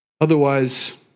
Otherwise